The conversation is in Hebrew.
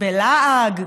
בלעג,